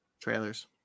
Trailers